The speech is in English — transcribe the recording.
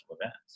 events